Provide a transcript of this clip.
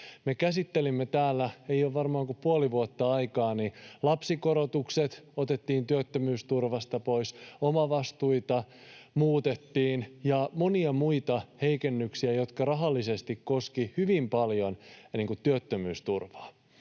Me käsittelimme täällä — ei ole varmaan kuin puoli vuotta aikaa — sitä, kun lapsikorotukset otettiin työttömyysturvasta pois, omavastuita muutettiin ja tuli monia muita heikennyksiä, jotka rahallisesti koskivat hyvin paljon työttömyysturvaa.